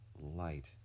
light